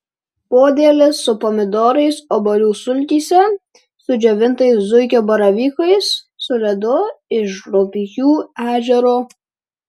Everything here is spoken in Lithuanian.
podėlis su pomidorais obuolių sultyse su džiovintais zuikio baravykais su ledu iš rubikių ežero